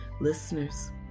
Listeners